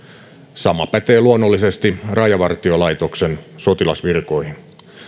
sama pätee luonnollisesti rajavartiolaitoksen sotilasvirkoihin